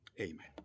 Amen